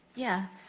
yeah,